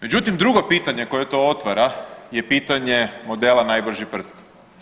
Međutim, drugo pitanje koje to otvara je pitanje modela najbrži prst.